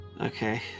Okay